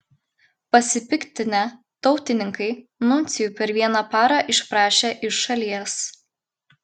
pasipiktinę tautininkai nuncijų per vieną parą išprašė iš šalies